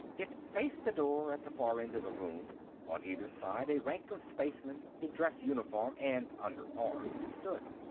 it faced the door, at the far end of the room on either side, a rank of spacemen, in dress uniform and under arms, stood.